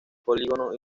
polígono